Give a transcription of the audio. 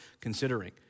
considering